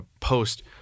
post